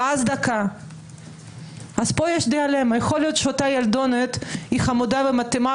יכול להיות שאותה ילדונת היא חמודה ומתאימה